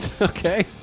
Okay